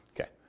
Okay